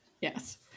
Yes